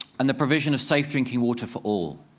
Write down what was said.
and the provision of safe drinking water for all.